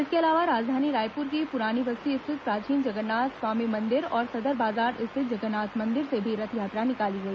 इसके अलावा राजधानी रायपुर की पुरानी बस्ती स्थित प्राचीन जगन्नाथ स्वामी मंदिर और सदर बाजार स्थित जगन्नाथ मंदिर से भी रथयात्रा निकाली गई